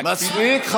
מספיק,